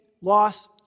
loss